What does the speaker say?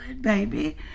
baby